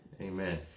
Amen